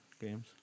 games